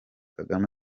kagame